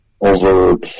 over